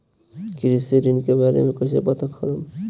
कृषि ऋण के बारे मे कइसे पता करब?